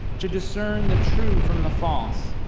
to discern the true from the false,